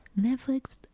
Netflix